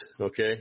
Okay